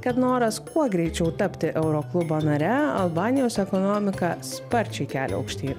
kad noras kuo greičiau tapti euro klubo nare albanijos ekonomiką sparčiai kelia aukštyn